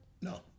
No